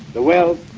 the wealth,